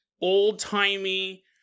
Old-timey